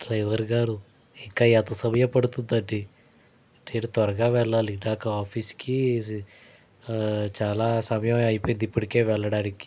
driver గారు ఇంకా ఎంత సమయం పడుతుంది అండి నేను త్వరగా వెళ్ళాలి నాకు ఆఫీస్కి చాలా సమయం అయిపోయింది ఇప్పటికే వెళ్ళడానికి